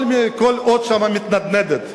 כל אות שם מתנדנדת,